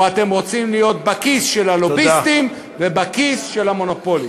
או אתם רוצים להיות בכיס של הלוביסטים ובכיס של המונופולים?